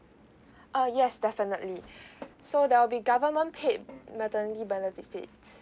uh yes definitely so there'll be government paid maternity benefits